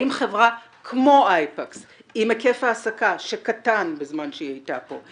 האם חברה כמו אייפקס עם היקף העסקה שקטן בזמן שהיא היתה פה,